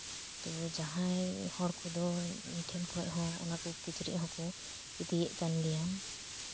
ᱛᱳ ᱡᱟᱦᱟᱸᱭ ᱦᱚᱲ ᱠᱚᱫᱚ ᱤᱧ ᱴᱷᱮᱱ ᱠᱷᱚᱱ ᱦᱚᱸ ᱚᱱᱟ ᱠᱚ ᱠᱤᱪᱨᱤᱪ ᱦᱚᱸᱠᱚ ᱤᱫᱤᱭᱮᱫ ᱠᱟᱱ ᱜᱮᱭᱟ